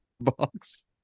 box